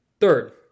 Third